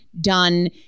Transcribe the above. done